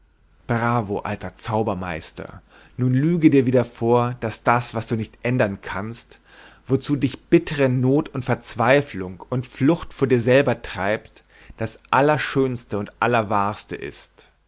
bravo alter zaubermeister nun lüge dir wieder vor daß das was du nicht ändern kannst wozu dich bittere not und verzweiflung und flucht vor dir selber treibt das allerschönste und allerwahrste ist